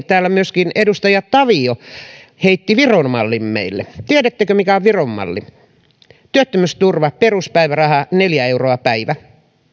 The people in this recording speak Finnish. täällä myöskin edustaja tavio heitti viron mallin meille tiedättekö mikä on viron malli työttömyysturva peruspäiväraha neljä euroa päivä